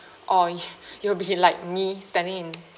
or i~ you'll be like me standing in